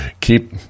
keep